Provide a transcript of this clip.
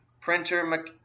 printer